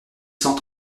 cent